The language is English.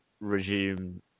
resume